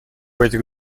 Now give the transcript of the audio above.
этих